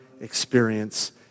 experience